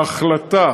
ההחלטה,